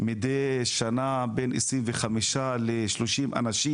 מידי שנה בין 25 ל-30 אנשים.